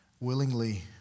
willingly